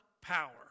power